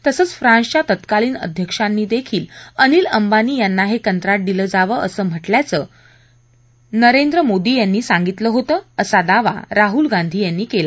तसंच फ्रान्सच्या तत्कालीन अध्यक्षांनी देखील अनिल अंबानी यांना हे कंत्राट दिलं जावं असं म्हटल्याचं नरेंद्र मोदी यांनी सांगितलं होतं असा दावा राहुल गांधींनी केला